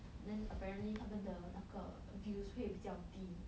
then apparently 他们的那个 views 会比较低